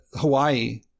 Hawaii